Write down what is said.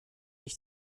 ich